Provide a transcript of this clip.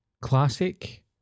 classic